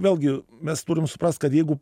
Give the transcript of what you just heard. vėlgi mes turim suprast kad jeigu